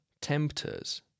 tempters